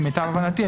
למיטב הבנתי,